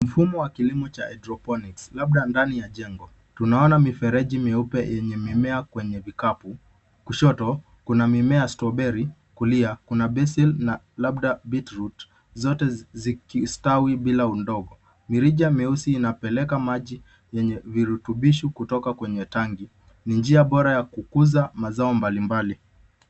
Mfumo wa kilimo cha hydroponics labda ndani ya jengo. Tunaona mifereji mieupe enye mimea kwenye vikapu. Kushoto kuna mimea ya strawberry kulia kuna basil na labda beatroot zote zikiustawi bila udongo. Mirija mieusi inapeleka maji enye virutubisho kutoka kwenye tanki. Ni njia bora ya kukuza mazao mbalimbali.